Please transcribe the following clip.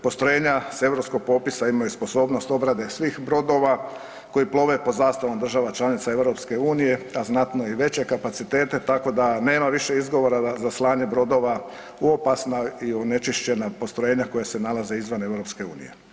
Postrojenja sa europskog popisa imaju sposobnost obrade svih brodova koji plove pod zastavom država članica EU a znatno i veće kapacitete, tako da nema više izgovora za slanje brodova u opasna i onečišćenja postrojenja koja se nalaze izvan EU.